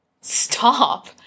stop